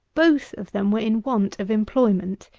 both of them were in want of employment.